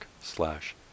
slash